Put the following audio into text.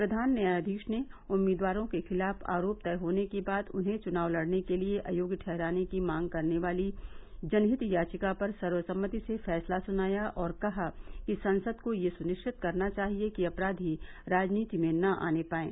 प्रधान न्यायाधीश ने उम्मीदवारों के खिलाफ आरोप तय होने के बाद उन्हें चुनाव लड़ने के लिए अयोग्य ठहराने की मांग करने वाली जनहित याचिका पर सर्वसम्मति से फैसला सुनाया और कहा कि संसद को यह सुनिरिवत करना चाहिए कि अपराधी राजनीति में न आने पाएं